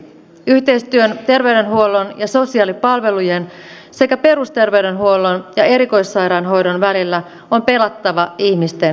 yhteistyön terveydenhuollon ja sosiaalipalvelujen sekä perusterveydenhuollon ja erikoissairaanhoidon välillä on pelattava ihmisen hyväksi